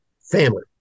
family